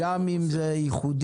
-- גם אם זה ייחודי,